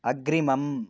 अग्रिमम्